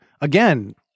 again